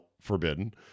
forbidden